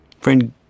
Friend